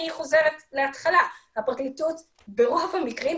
אני חוזרת להתחלה: הפרקליטות ברוב המקרים,